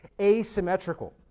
asymmetrical